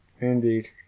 Indeed